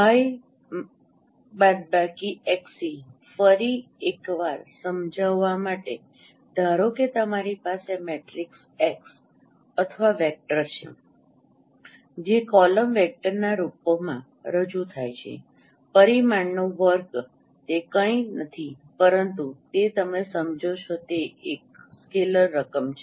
Y X C ફરી એક વાર સમજાવવા માટે ધારો કે તમારી પાસે મેટ્રિક્સ એક્સ અથવા વેક્ટર છે જે કોલમ વેક્ટરના રૂપમાં રજૂ થાય છે પરિમાણનો વર્ગ તે કંઈ નથી પરંતુ તે તમે સમજો છો તે એક સ્કેલેર રકમ છે